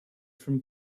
from